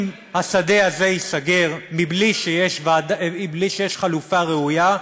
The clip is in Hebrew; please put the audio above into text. אם השדה הזה ייסגר בלי שיש חלופה ראויה,